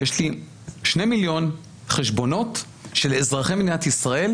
יש לי שני מיליון חשבונות של אזרחי מדינת ישראל,